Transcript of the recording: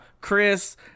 Chris